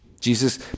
Jesus